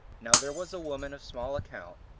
now there was a woman of small account,